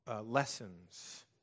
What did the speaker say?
lessons